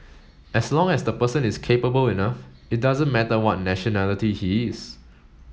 as long as the person is capable enough it doesn't matter what nationality he is